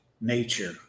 nature